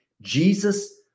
Jesus